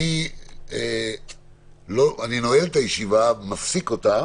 אני נועל את הישיבה, מפסיק אותה,